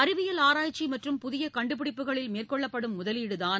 அறிவியல் ஆராய்ச்சி மற்றும் புதிய கண்டுபிடிப்புகளில் மேற்கொள்ளப்படும் முதலீடுதான்